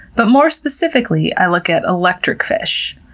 but more specifically, i look at electric fish.